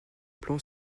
plan